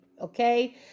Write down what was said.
Okay